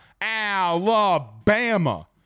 Alabama